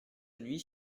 nuit